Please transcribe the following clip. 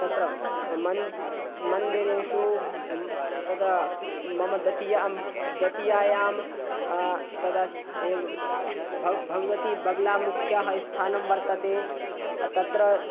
तत्र मन्दिरेषु तत् मम दतीयं दतीयायां तदा एव भगवती बग्लामुख्याः स्थानं वर्तते तत्र